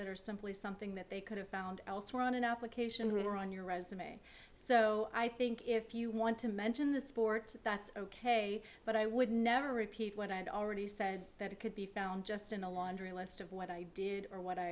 that are simply something that they could have found elsewhere on an application rule or on your resume so i think if you want to mention the sport that's ok but i would never repeat what i had already said that it could be found just in a laundry list of what i did or what i